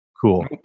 Cool